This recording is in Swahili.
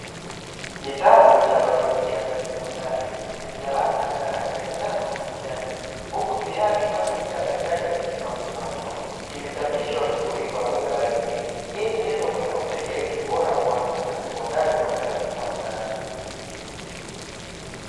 Kitabu cha bayolojia cha sekondari, chenye jalada na rangi ya njano na kijani, huku juu yake kikiwa na picha ya daktari akimpima mtu macho. Kimechapishwa vizuri kwa lugha rahisi. Hii ni nyenzo muhimu ya kusaidia elimu bora, kwa wanafunzi wa sekondari wanaopenda masomo ya sayansi.